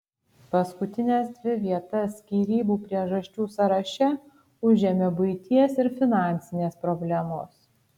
paskutines dvi vietas skyrybų priežasčių sąraše užėmė buities ir finansinės problemos